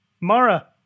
Mara